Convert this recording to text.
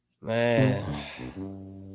Man